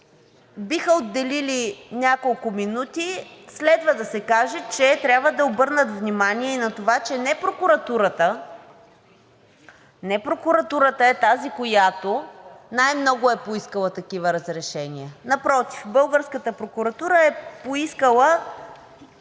биха отделили няколко минути, следва да се каже, че трябва да обърнат внимание на това, че не прокуратурата е тази, която най-много е поискала такива разрешения. Напротив, българската прокуратура е поискала